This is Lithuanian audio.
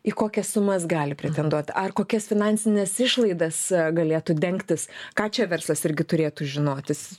į kokias sumas gali pretenduot ar kokias finansines išlaidas galėtų dengtis ką čia verslas irgi turėtų žinotis